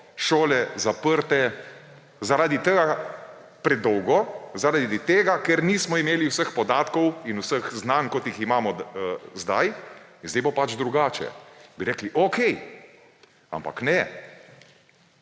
šole zaprte predolgo zaradi tega, ker nismo imeli vseh podatkov in vseh znanj, kot jih imamo zdaj, in zdaj bo pač drugače; bi rekli – okej. Ampak ne,